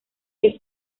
que